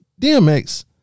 DMX